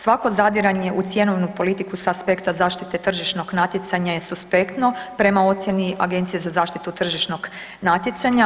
Svako zadiranje u cjenovnu politiku sa aspekta tržišnog natjecanja je suspektno prema ocjeni Agencije za zaštitu tržišnog natjecanja.